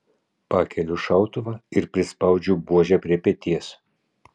pakeliu šautuvą ir prispaudžiu buožę prie peties